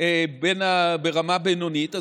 ברמה בינונית,